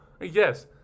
Yes